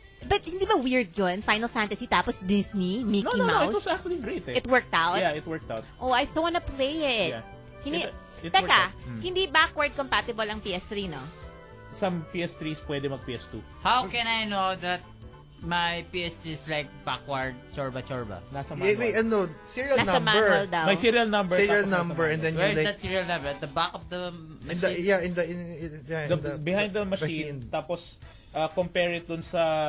But hindi ba weird yun? Final Fantasy, tapos Disney, No, Mickey no, no, it Mouse? was actually great eh. It worked out? Yeah, it worked out. Oh, I so wanna play it. Yeah. Hindi- It- it worked Teka, out. Mm. hindi backward compatible ang PS3, no? Some PS3s pwede mag-PS2. How Okay. can I know that my PS3 is like backward, chorba-chorba? Nasa Yeah, manual. wait, ano, serial Nasa number. manual daw. May serial number, Serial tapos nasa number, and manual. then you Where is like- that serial number? At the back of the In the- machine? yeah, in the- in- in- yeah, The- in the- behind the the machine, machine. tapos, uh, compare it dun sa-